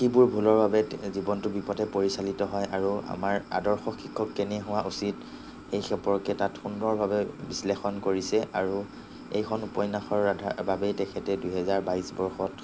কিবোৰ ভুলৰ বাবে জীৱনটো বিপথে পৰিচালিত হয় আৰু আমাৰ আদৰ্শ শিক্ষক কেনে হোৱা উচিত এই সম্পৰ্কে তাত সুন্দৰভাৱে বিশ্লেষণ কৰিছে আৰু এইখন উপন্যাসৰ বাবেই তেখেতে দুহেজাৰ বাইছ বৰ্ষত